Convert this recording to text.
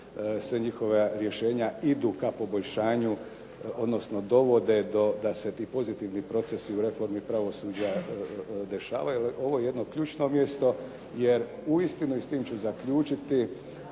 sva njihova rješenja idu ka poboljšanju, odnosno dovode da se ti pozitivni procesi u reformi pravosuđa dešavaju. Ovo je jedno ključno mjesto, jer uistinu, i s tim ću zaključiti,